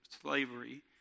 slavery